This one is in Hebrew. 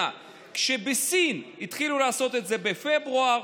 כשבסין התחילו לעשות את זה בפברואר,